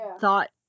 thought